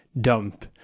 dump